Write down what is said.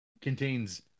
contains